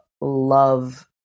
love